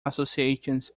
associations